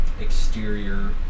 exterior